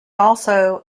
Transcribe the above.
also